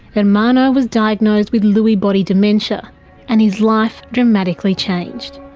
and ermanno was diagnosed with lewy body dementia and his life dramatically changed.